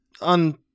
On